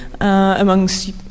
amongst